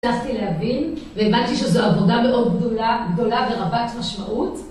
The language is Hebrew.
הצלחתי להבין, והבנתי שזו עבודה מאוד גדולה, גדולה ורבת משמעות.